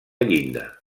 llinda